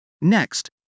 Next